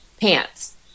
Pants